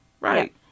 right